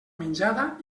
menjada